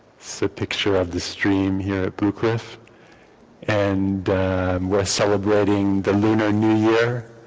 so picture of the stream here at blue cliff and we're celebrating the lunar new year